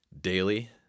daily